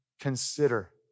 consider